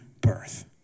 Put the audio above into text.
birth